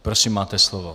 Prosím, máte slovo.